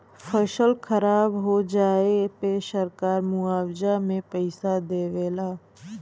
फसल खराब हो जाये पे सरकार मुआवजा में पईसा देवे ला